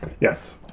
Yes